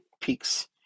peaks